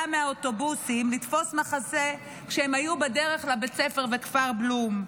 מהאוטובוסים לתפוס מחסה כשהם היו בדרך לבית הספר בכפר בלום.